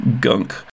gunk